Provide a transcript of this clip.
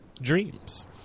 dreams